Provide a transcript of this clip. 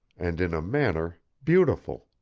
and in a manner beautiful.